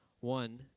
one